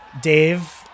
Dave